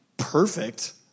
Perfect